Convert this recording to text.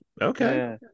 Okay